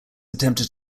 attempted